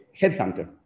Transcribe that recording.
headhunter